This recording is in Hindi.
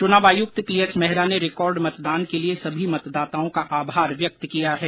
चुनाव आयुक्त पीएस मेहरा ने रिकॉर्ड मतदान के लिए सभी मतदाताओं का आभार व्यक्त किया है